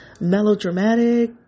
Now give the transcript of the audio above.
melodramatic